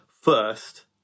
first